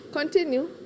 Continue